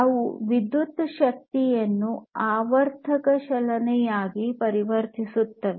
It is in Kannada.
ಅವು ವಿದ್ಯುತ್ ಶಕ್ತಿಯನ್ನು ಆವರ್ತಕ ಚಲನೆಯಾಗಿ ಪರಿವರ್ತಿಸುತ್ತವೆ